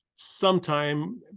sometime